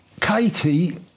Katie